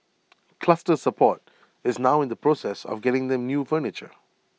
Cluster support is now in the process of getting them new furniture